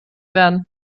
werden